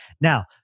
Now